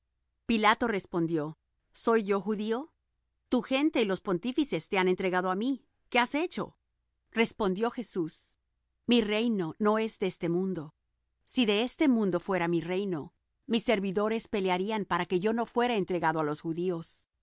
pilato respondió soy yo judío tu gente y los pontífices te han entregado á mí qué has hecho respondió jesús mi reino no es de este mundo si de este mundo fuera mi reino mis servidores pelearían para que yo no fuera entregado á los judíos